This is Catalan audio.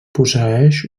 posseeix